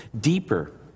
deeper